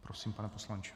Prosím, pane poslanče.